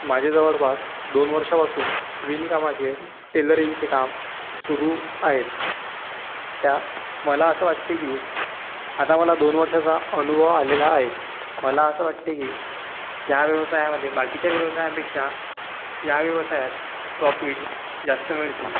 माझे जवळपास दोन वर्षापासून विणकामाचे टेलरिंगचे काम सुरू आहेत त्या मला असं वाटते की आता मला दोन वर्षाचा अनुभव आलेला आहे मला असं वाटते की या व्यवसायामध्ये बाकीच्या व्यवसायांपेक्षा या व्यवसायात प्रॉपीट जास्त मिळते